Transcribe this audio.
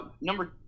Number